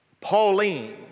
Pauline